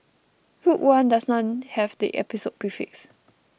Rogue One does not have the Episode prefix